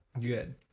Good